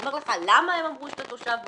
הוא אומר לך: למה הם אמרו שאתה תושב הולנד?